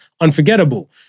unforgettable